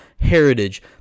heritage